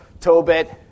Tobit